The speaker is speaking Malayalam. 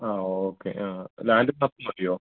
ആ ഓക്കെ ആ ലാൻഡ് മാത്രം മതിയോ